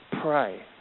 pray